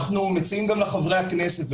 אנחנו מציעים גם לחברי הכנסת,